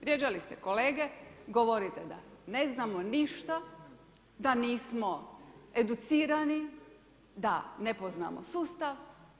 Vrijeđali ste kolege, govorite da ne znamo ništa, da nismo educirani, da ne poznamo sustav.